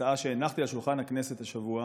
להצעה שהנחתי על שולחן הכנסת השבוע,